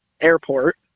Airport